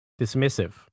dismissive